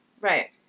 Right